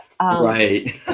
Right